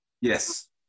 Yes